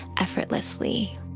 effortlessly